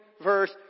verse